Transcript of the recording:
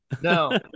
No